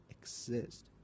exist